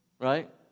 right